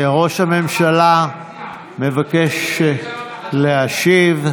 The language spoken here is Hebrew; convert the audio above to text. ראש הממשלה מבקש להשיב.